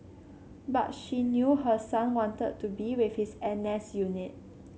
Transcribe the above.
but she knew her son wanted to be with his N S unit